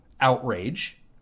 outrage